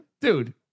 Dude